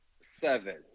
seven